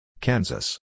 Kansas